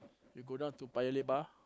you go down to Paya Lebar